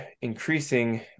increasing